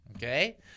Okay